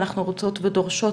ואנחנו רוצות ודורשות